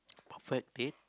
perfect date